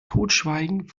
totschweigen